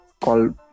call